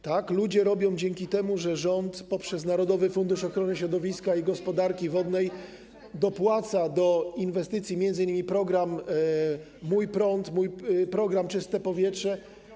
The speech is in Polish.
Tak, ludzie robią, dzięki temu, że rząd poprzez Narodowy Fundusz Ochrony Środowiska i Gospodarki Wodnej dopłaca do inwestycji, m.in. programu ˝Mój prąd˝, programu ˝Czyste powietrze˝